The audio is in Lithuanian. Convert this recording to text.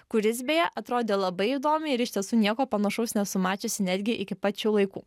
kuris beje atrodė labai įdomiai ir iš tiesų nieko panašaus nesu mačiusi netgi iki pat šių laikų